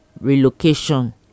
relocation